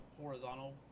horizontal